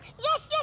yes. yeah